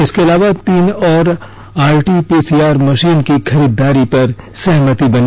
इसके अलावा तीन और आरटी पीसीआर मशीन की खरीदारी पर सहमति बनी